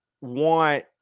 want